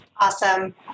Awesome